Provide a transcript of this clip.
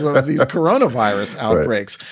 like of the coronavirus outbreaks.